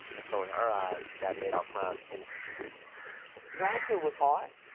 and so in her eyes that made our crimes inexcusable brownsville was hard.